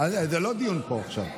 זה לא דיון פה עכשיו.